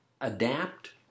adapt